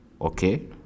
Okay